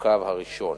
הקו הראשון.